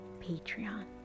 Patreon